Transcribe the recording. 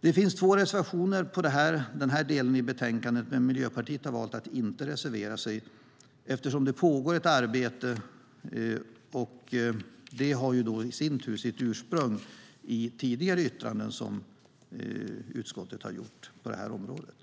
Det finns två reservationer i den här delen av betänkandet, men Miljöpartiet har valt att inte reservera sig eftersom det pågår ett arbete, som i sin tur har sitt ursprung i tidigare yttranden som utskottet har gjort på det här området.